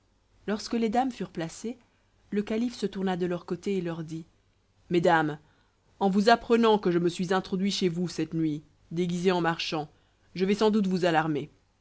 lorsque les dames furent placées le calife se tourna de leur côté et leur dit mesdames en vous apprenant que je me suis introduit chez vous cette nuit déguisé en marchand je vais sans doute vous alarmer